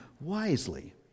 wisely